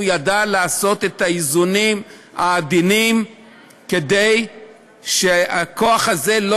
הוא ידע לעשות את האיזונים העדינים כדי שהכוח הזה לא